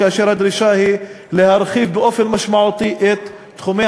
כאשר הדרישה היא להרחיב באופן משמעותי את תחומי